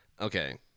Okay